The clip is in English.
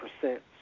percent